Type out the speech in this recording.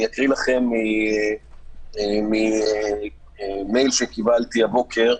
אני אקרא לכם ממייל שקיבלתי הבוקר,